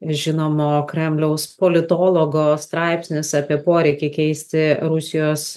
žinomo kremliaus politologo straipsnis apie poreikį keisti rusijos